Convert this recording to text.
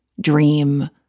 dream